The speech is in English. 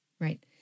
Right